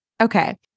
Okay